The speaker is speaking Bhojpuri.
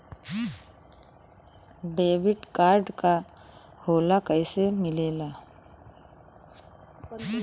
डेबिट कार्ड का होला कैसे मिलेला?